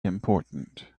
important